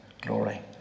glory